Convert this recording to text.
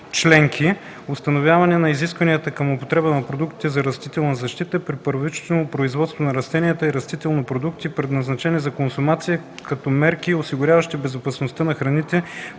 членки; установяване на изискванията към употребата на продуктите за растителна защита при първичното производство на растения и растителни продукти, предназначени за консумация, като мерки, осигуряващи безопасността на храните;